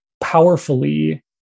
powerfully